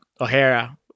O'Hara